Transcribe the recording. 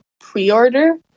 pre-order